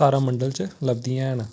तारा मंडल च लभदियां न